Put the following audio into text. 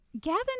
Gavin